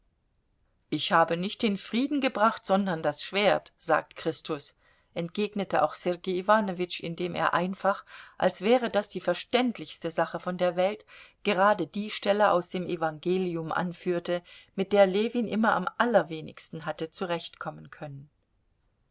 ich habe nicht den frieden gebracht sondern das schwert sagt christus entgegnete auch sergei iwanowitsch indem er einfach als wäre das die verständlichste sache von der welt gerade die stelle aus dem evangelium anführte mit der ljewin immer am allerwenigsten hatte zurechtkommen können